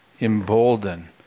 embolden